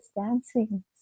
dancing